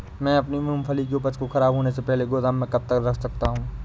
मैं अपनी मूंग की उपज को ख़राब होने से पहले गोदाम में कब तक रख सकता हूँ?